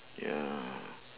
ya